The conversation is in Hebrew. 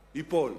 ייפול.